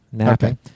Okay